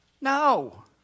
No